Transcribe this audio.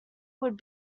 would